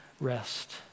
rest